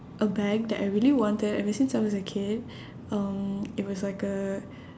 a bag that I really wanted ever since I was a kid um it was like a